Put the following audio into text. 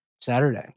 Saturday